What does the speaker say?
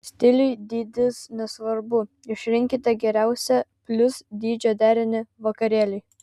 stiliui dydis nesvarbu išrinkite geriausią plius dydžio derinį vakarėliui